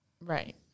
Right